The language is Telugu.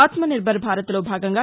ఆత్మనిర్బర్ భారత్ లో భాగంగా